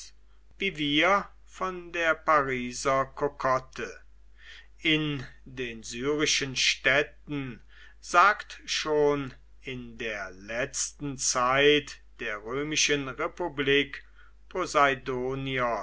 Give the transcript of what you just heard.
wie wir von der pariser kokotte in den syrischen städten sagt schon in der letzten zeit der römischen republik